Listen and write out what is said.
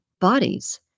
bodies